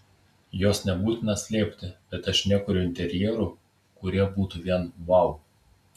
jos nebūtina slėpti bet aš nekuriu interjerų kurie būtų vien vau